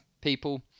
people